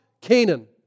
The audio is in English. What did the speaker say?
Canaan